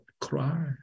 cry